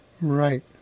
Right